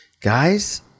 Guys